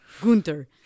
Gunther